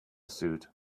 suit